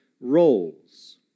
roles